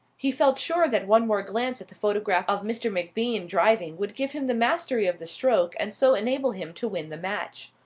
he felt sure that one more glance at the photograph of mr. macbean driving would give him the mastery of the stroke and so enable him to win the match.